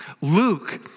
Luke